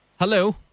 hello